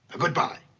goodbye.